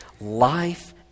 Life